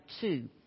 two